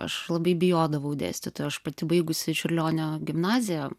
aš labai bijodavau dėstytojų aš pati baigusi čiurlionio gimnaziją